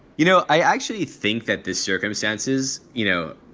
you know, i actually think that the circumstances, you know,